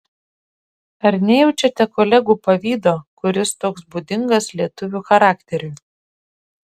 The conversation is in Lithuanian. ar nejaučiate kolegų pavydo kuris toks būdingas lietuvio charakteriui